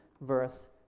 verse